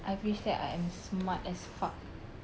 I wish that I am smart as fuck